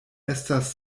estas